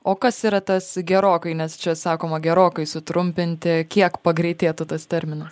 o kas yra tas gerokai nes čia sakoma gerokai sutrumpinti kiek pagreitėtų tas terminas